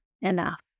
enough